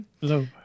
Hello